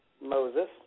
Moses